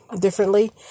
differently